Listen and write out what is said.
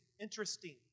interesting